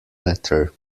letter